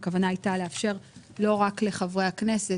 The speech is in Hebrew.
הכוונה הייתה לאפשר לא רק לחברי הכנסת,